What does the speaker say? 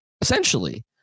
essentially